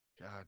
God